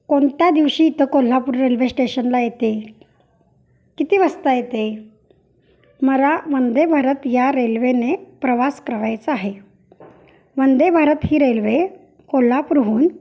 कोणत्या दिवशी इथं कोल्हापूर रेल्वे स्टेशनला येते किती वाजता येते मला वंदेभारत या रेल्वेने प्रवास करायचा आहे वंदेभारत ही रेल्वे कोल्हापूरहून